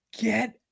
Get